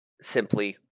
simply